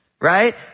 right